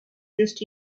just